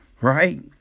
right